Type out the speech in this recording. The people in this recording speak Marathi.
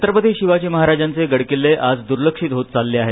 छत्रपती शिवाजी महाराजांचे गडकिल्ले आज दुर्लक्षित होत चालले आहेत